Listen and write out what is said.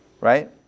right